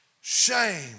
shame